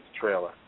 trailer